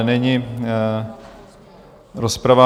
Není rozprava.